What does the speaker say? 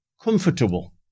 comfortable